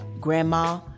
grandma